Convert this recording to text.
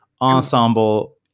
ensemble